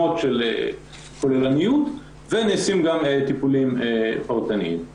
של טיפוליים קבוצתיים ונעשים גם טיפולים פרטניים.